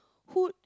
food